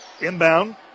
Inbound